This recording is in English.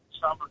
summer